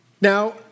Now